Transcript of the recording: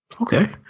Okay